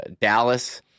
Dallas